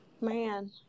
Man